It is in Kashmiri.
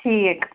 ٹھیٖک